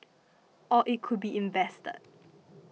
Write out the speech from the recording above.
or it could be invested